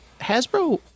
hasbro